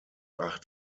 acht